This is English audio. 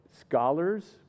scholars